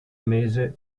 mese